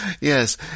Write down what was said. yes